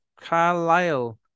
Carlisle